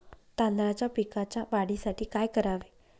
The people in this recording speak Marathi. तांदळाच्या पिकाच्या वाढीसाठी काय करावे?